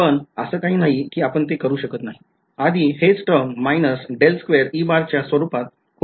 पण असं काही नाही कि आपण ते करू शकत नाही आधी हेच टर्म च्या स्वरूपात खूप छान पद्धतीने सिम्प्लिफाय केले होते